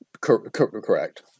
Correct